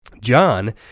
John